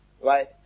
right